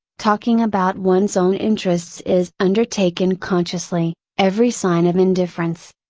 talking about one's own interests is undertaken consciously, every sign of indifference,